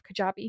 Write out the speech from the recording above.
Kajabi